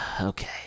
Okay